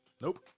Nope